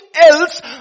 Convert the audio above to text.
else